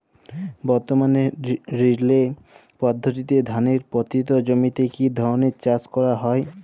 বর্তমানে রিলে পদ্ধতিতে ধানের পতিত জমিতে কী ধরনের চাষ করা হয়?